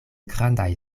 grandaj